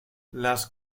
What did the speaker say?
las